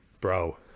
Bro